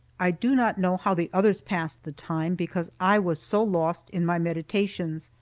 i do not know how the others passed the time, because i was so lost in my meditations.